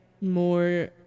more